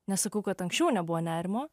nesakau kad anksčiau nebuvo nerimo